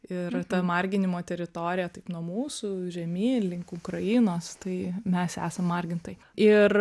ir ta marginimo teritorija taip nuo mūsų žemyn link ukrainos tai mes esam margintojai ir